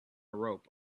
rope